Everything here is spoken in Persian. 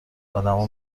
آدما